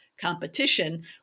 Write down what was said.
competition